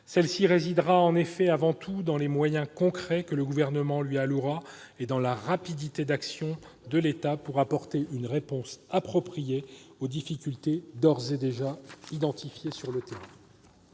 Celle-ci dépendra avant tout des moyens concrets que le Gouvernement lui allouera et de la rapidité d'action de l'État, pour apporter une réponse appropriée aux problèmes d'ores et déjà identifiés sur le terrain.